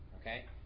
Okay